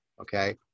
okay